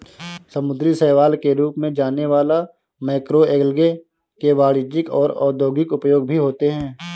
समुद्री शैवाल के रूप में जाने वाला मैक्रोएल्गे के वाणिज्यिक और औद्योगिक उपयोग भी होते हैं